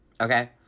Okay